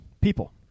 People